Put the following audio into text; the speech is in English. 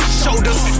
shoulders